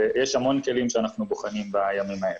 יש המון כלים שאנחנו בוחנים בימים האלה.